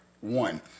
One